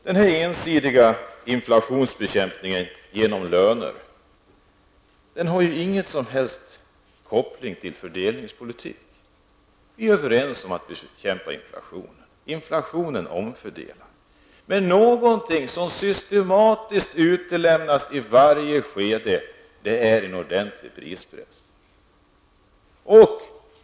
Den ensidiga inflationsbekämpningen genom att hålla tillbaka lönerna har ingen som helst koppling till en fördelningspolitik. Vi är alla överens om att bekämpa inflationen. Inflationen omfördelar. Men någonting som systematiskt utelämnas i varje skede är en ordentlig prispress.